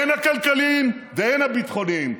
הן הכלכליים והן הביטחוניים,